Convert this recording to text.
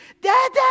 dad